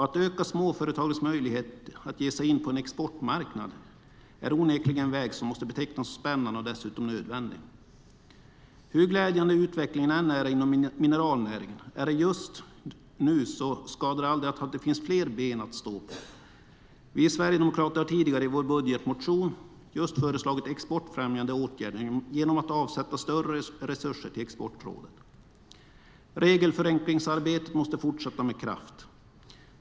Att öka småföretagens möjligheter att ge sig in på en exportmarknad är onekligen en väg som måste betecknas som spännande och dessutom nödvändig. Hur glädjande utvecklingen än är inom mineralnäringen just nu skadar det aldrig att det finns fler ben att stå på. Vi sverigedemokrater har tidigare i vår budgetmotion föreslagit just exportfrämjande åtgärder genom att avsätta större resurser till Exportrådet. Regelförenklingsarbetet måste fortsätta med kraft.